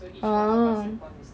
oh